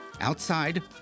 Outside